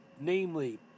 Namely